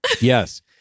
Yes